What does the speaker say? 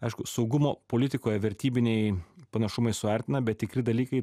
aišku saugumo politikoje vertybiniai panašumai suartina bet tikri dalykai